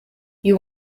you